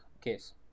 case